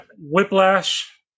Whiplash